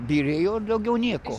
byrėjo daugiau nieko